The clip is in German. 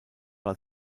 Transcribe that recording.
war